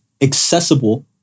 accessible